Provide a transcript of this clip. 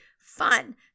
fun